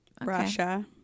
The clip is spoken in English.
Russia